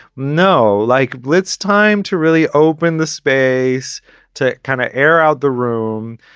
no, like glitz, time to really open the space to kind of air out the room,